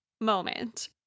moment